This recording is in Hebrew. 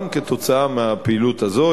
גם כתוצאה מהפעילות הזאת,